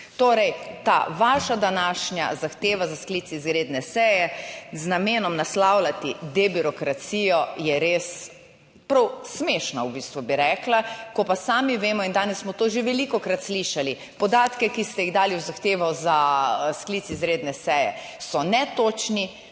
Torej, ta vaša današnja zahteva za sklic izredne seje z namenom naslavljati debirokracijo je res, prav smešno. v bistvu bi rekla, ko pa sami vemo, in danes smo to že velikokrat slišali, podatke, ki ste jih dali v zahtevo za sklic izredne seje so netočni,